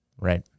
right